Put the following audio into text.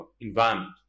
environment